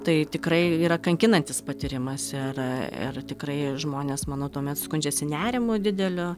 tai tikrai yra kankinantis patyrimas ir ir tikrai žmonės manau tuomet skundžiasi nerimu dideliu